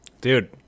Dude